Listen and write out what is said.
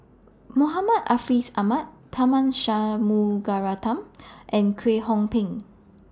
Muhammad Ahmad Tharman Shanmugaratnam and Kwek Hong Png